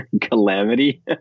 Calamity